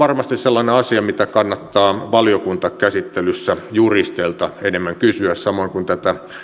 varmasti sellainen asia mitä kannattaa valiokuntakäsittelyssä juristeilta enemmän kysyä samoin kuin tätä